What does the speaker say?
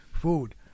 food